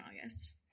August